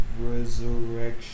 Resurrection